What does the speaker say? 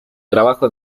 trabajo